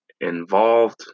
involved